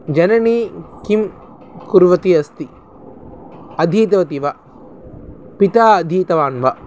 जननी किं कुर्वती अस्ति अधीतवती वा पिता अधीतवान् वा